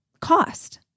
cost